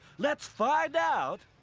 let's find out